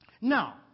Now